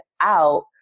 out